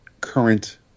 current